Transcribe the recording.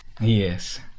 Yes